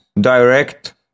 direct